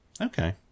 Okay